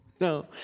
no